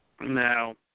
Now